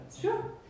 Sure